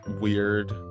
weird